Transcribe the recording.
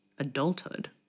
adulthood